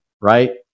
right